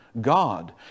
God